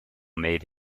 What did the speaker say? made